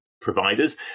providers